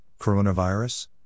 Coronavirus